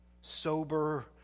sober